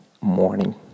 morning